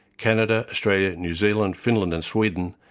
canada, australia, new zealand, finland and sweden,